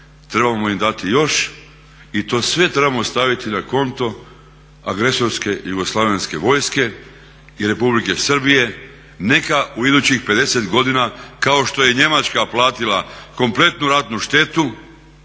trebamo im dati još i to sve trebamo staviti na konto agresorske jugoslavenske vojske i Republike Srbije neka u idućih 50 godina kao što je Njemačka platila kompletnu ratnu štetu